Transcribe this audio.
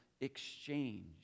exchange